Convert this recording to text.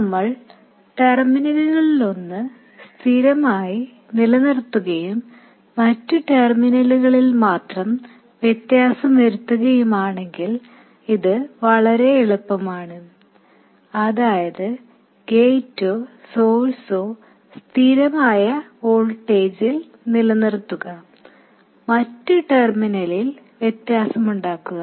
നമ്മൾ ടെർമിനലുകളിലൊന്ന് സ്ഥിരമായി നിലനിർത്തുകയും മറ്റ് ടെർമിനലുകളിൽ മാത്രം വ്യത്യാസം വരുത്തുകയുമാണെങ്കിൽ ഇത് വളരെ എളുപ്പമാണ് അതായത് ഗേറ്റോ സോഴ്സോ സ്ഥിരമായ വോൾട്ടേജിൽ നിലനിറത്തുക മറ്റ് ടെർമിനലിൽ വ്യത്യാസമുണ്ടാകുക